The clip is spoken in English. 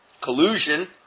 collusion